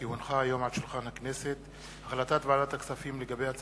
כי הונחה היום על שולחן הכנסת החלטת ועדת הכספים לגבי: